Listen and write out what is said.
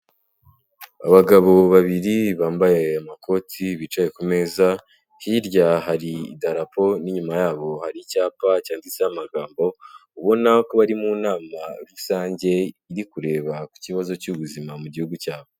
Abagabo babiri bambaye amakoti bicaye ku meza, hirya hari idarapo n'inyuma yabo hari icyapa cyanditseho amagambo, ubona ko bari mu nama rusange iri kureba ku kibazo cy'ubuzima mu gihugu cyabo.